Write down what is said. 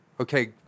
okay